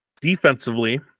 Defensively